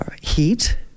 heat